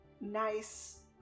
nice